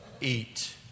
eat